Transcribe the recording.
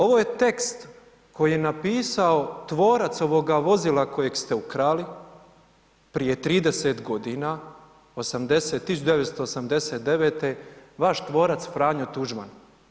Ovo je tekst koji je napisao tvorac ovoga vozila kojeg ste ukrali prije 30 g., 1989. vaš tvorac Franjo Tuđman.